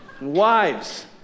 Wives